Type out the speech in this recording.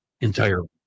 entirely